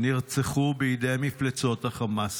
נרצחו בידי מפלצות החמאס.